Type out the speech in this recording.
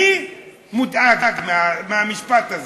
אני מודאג מהמשפט הזה.